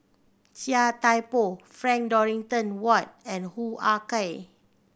Chia Thye Poh Frank Dorrington Ward and Hoo Ah Kay